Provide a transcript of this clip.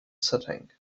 setting